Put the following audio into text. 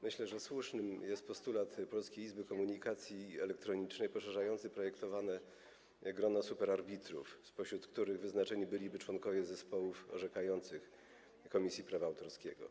Myślę, że słuszny jest postulat Polskiej Izby Komunikacji Elektronicznej dotyczący poszerzenia projektowanego grona superarbitrów, spośród których wyznaczeni byliby członkowie zespołów orzekających Komisji Prawa Autorskiego.